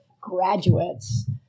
graduates